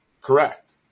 correct